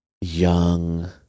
young